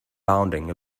bounding